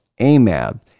AMAB